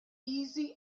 easy